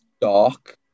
dark